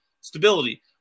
stability